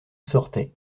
sortait